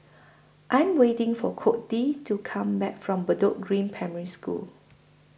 I'm waiting For Codey to Come Back from Bedok Green Primary School